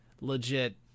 legit